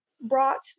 brought